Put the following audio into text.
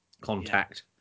contact